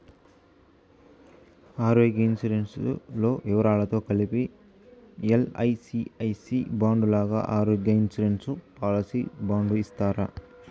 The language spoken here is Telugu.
ఆరోగ్య ఇన్సూరెన్సు లో వివరాలతో కలిపి ఎల్.ఐ.సి ఐ సి బాండు లాగా ఆరోగ్య ఇన్సూరెన్సు పాలసీ బాండు ఇస్తారా?